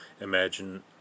Imagine